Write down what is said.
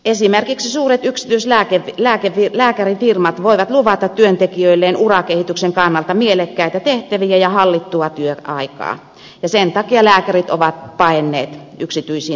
esimerkiksi suuret yksityislääkärifirmat voivat luvata työntekijöilleen urakehityksen kannalta mielekkäitä tehtäviä ja hallittua työaikaa ja sen takia lääkärit ovat paenneet yksityisiin firmoihin